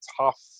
tough